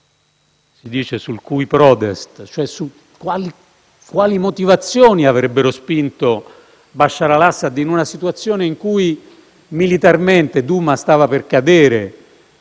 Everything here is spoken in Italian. - sul *cui prodest*, su quali motivazioni avrebbero spinto Bashar al-Assad, in una situazione in cui militarmente Douma stava per cadere